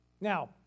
Now